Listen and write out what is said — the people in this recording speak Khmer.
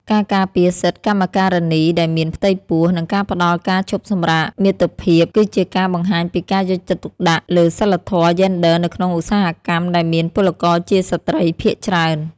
ការការពារសិទ្ធិកម្មការិនីដែលមានផ្ទៃពោះ និងការផ្ដល់ការឈប់សម្រាកមាតុភាព គឺជាការបង្ហាញពីការយកចិត្តទុកដាក់លើសមធម៌យេនឌ័រនៅក្នុងឧស្សាហកម្មដែលមានពលករជាស្ត្រីភាគច្រើន។